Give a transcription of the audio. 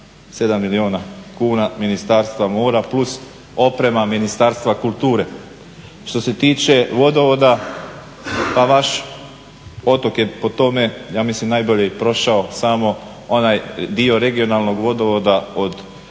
7 milijuna kuna Ministarstva mora plus oprema Ministarstva kulture. Što se tiče vodovoda pa vaš otok je po tome ja mislim najbolje i prošao samo onaj dio regionalnog vodovoda od